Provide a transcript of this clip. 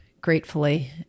gratefully